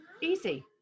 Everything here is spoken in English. Easy